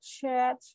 chat